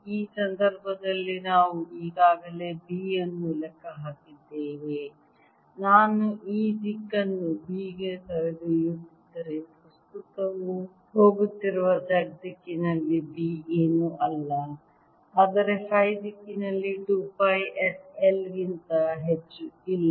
ಈ ಸಂದರ್ಭದಲ್ಲಿ ನಾವು ಈಗಾಗಲೇ B ಅನ್ನು ಲೆಕ್ಕ ಹಾಕಿದ್ದೇವೆ ನಾನು ಈ ದಿಕ್ಕನ್ನು B ಗೆ ಕರೆದೊಯ್ಯುತ್ತಿದ್ದರೆ ಪ್ರಸ್ತುತವು ಹೋಗುತ್ತಿರುವ z ದಿಕ್ಕಿನಲ್ಲಿ B ಏನೂ ಅಲ್ಲ ಆದರೆ ಫೈ ದಿಕ್ಕಿನಲ್ಲಿ 2 ಪೈ s I ಗಿಂತ ಹೆಚ್ಚು ಇಲ್ಲ